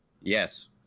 Yes